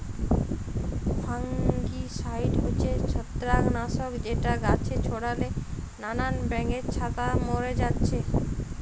fungicide হচ্ছে ছত্রাক নাশক যেটা গাছে ছোড়ালে নানান ব্যাঙের ছাতা মোরে যাচ্ছে